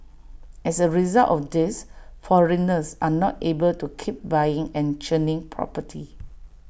as A result of this foreigners are not able to keep buying and churning property